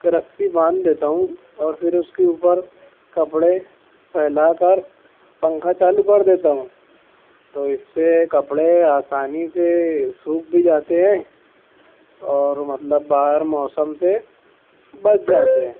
رسی باندھ دیتا ہوں اور پھر اس کے اوپر کپڑے پھیلا کر پنکھا چالو کر دیتا ہوں تو اس سے کپڑے آسانی سے سوکھ بھی جاتے ہیں اور مطلب باہر موسم سے بچ جاتے ہیں